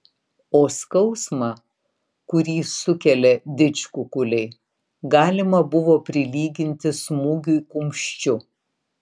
o skausmą kurį sukelia didžkukuliai galima buvo prilyginti smūgiui kumščiu